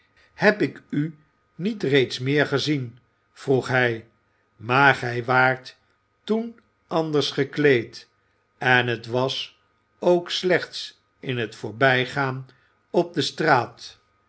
heb ik u niet reeds meer gezien vroeg hij maar gij waart toen anders gekleed en het was ook slechts in het voorbijgaan op de straat